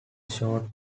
shirt